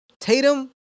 Tatum